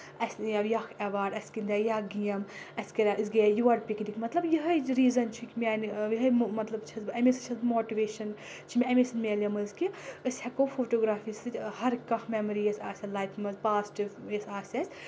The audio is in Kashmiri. اَسہِ نہِ یہِ ایواڈ اَسہِ گِندے یہِ اکھ گیم اَسہِ کَرو أسۍ گٔیے یور پِکنِک مطلب یِہے ریٖزَن چھِ میانہِ یِہے مطلب چھَس بہٕ اَمے سۭتۍ چھَس ماٹِویشَن چھِ مےٚ اَمے سۭتۍ میلے مٕژ کہِ أسۍ ہؠکو فوٹوگرافی سۭتۍ ہر کانٛہہ مؠمری یۄس آسن لایفہِ منٛز پازٹِو یۄس آسؠس